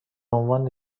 عنوان